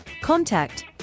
Contact